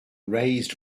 raised